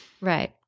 Right